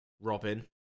Robin